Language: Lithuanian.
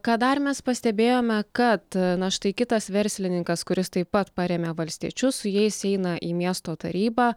ką dar mes pastebėjome kad na štai kitas verslininkas kuris taip pat parėmė valstiečius su jais eina į miesto tarybą